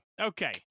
Okay